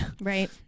Right